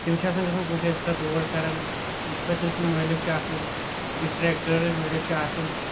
تٔمِس چھُ آسان گژھُن کُنہِ جایہِ سُہ چھُ تَتھ روڑ کَران یہِ چھُ پتہٕ تٔمۍ سُنٛد مٲلِک چھُ آسان یُس ٹریک ڈرایورُک مٲلِک چھُ آسان